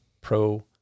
pro